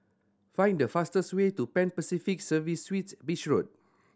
find the fastest way to Pan Pacific Serviced Suites Beach Road